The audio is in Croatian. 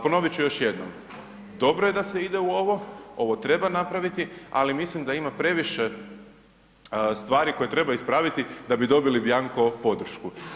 Ponovit ću još jednom, dobro je da se ide u ovo, ovo treba napraviti, ali mislim da ima previše stvari koje treba ispraviti da bi dobili bjanko podršku.